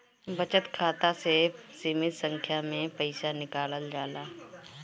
बचत खाता से सीमित संख्या में पईसा निकालल जाला